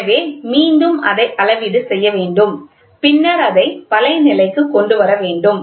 எனவே மீண்டும் அதை அளவீடு செய்ய வேண்டும் பின்னர் அதை பழைய நிலைக்கு கொண்டு வர வேண்டும்